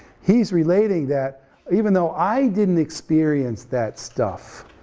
he's relating that even though i didn't experience that stuff,